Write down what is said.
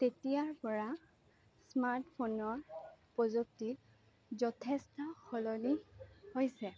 তেতিয়াৰ পৰা স্মাৰ্ট ফোনৰ প্ৰযুক্তি যথেষ্ট সলনি হৈছে